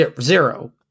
Zero